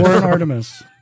Artemis